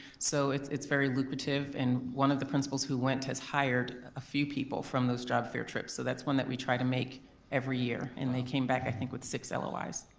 so it's it's very lucrative and one of the principals who went has hired a few people from those job fair trips. so that's one that we try to make every year and they came back i think with six lois.